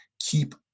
keep